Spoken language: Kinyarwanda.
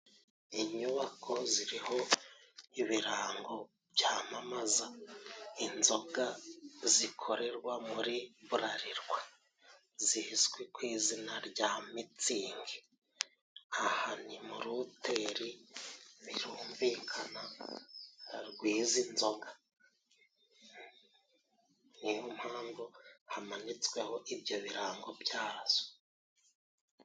Inyubako ziriho ibirango byamamaza inzoga zikorerwa muri buralirwa zizwi ku izina rya mitsingi. Aha ni mu ruteri birumvikana rw'izi nzoga ni yo mpamvu hamanitsweho ibyo birango byazo.